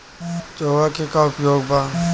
चोंगा के का उपयोग बा?